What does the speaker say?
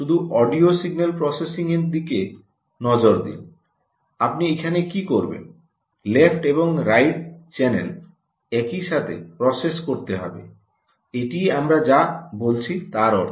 শুধু audio signal প্রসেসিংয়ের দিকে নজর দিন আপনি এখানে কী করবেন লেফট এবং রাইট চ্যানেল একই সাথে প্রসেস করতে হবে এটিই আমরা যা বলছি তার অর্থ